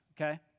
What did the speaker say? okay